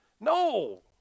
No